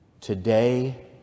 today